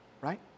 Right